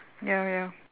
ya ya